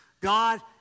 God